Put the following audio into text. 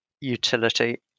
utility